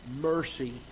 mercy